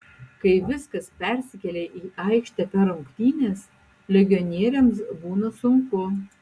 kai viskas persikelia į aikštę per rungtynes legionieriams būna sunku